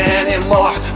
anymore